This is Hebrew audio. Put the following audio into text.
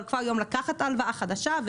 אבל כבר היום לקחת הלוואה חדשה,